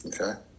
okay